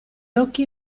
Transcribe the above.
occhi